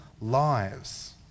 lives